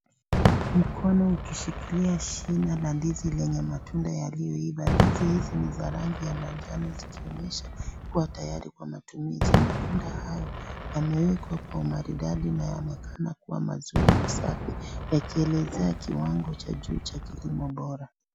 Mkono ukishikilia shina la ndizi lenye matunda yaliyoiva , ndizi hizi ni za rangi ya manjano zikionyesha kuwa tayari kwa matumizi , matunda hayo yamewekwa kwa umaridadi na yanaonekana kuwa mazuri na safi yakielezea kiwango cha juu cha kilimo bora.